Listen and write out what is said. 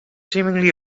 seemingly